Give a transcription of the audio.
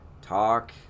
talk